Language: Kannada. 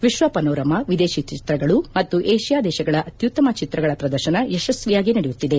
ವಿಶ್ವ ಪನೋರಮಾ ವಿದೇಶಿ ಚಿತ್ರಗಳು ಮತ್ತು ಏಷಿಯಾ ದೇಶಗಳ ಅತ್ಯುತ್ತಮ ಚಿತ್ರಗಳ ಪ್ರದರ್ಶನ ಯಶಸ್ವಿಯಾಗಿ ನಡೆಯುತ್ತಿದೆ